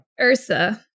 Ursa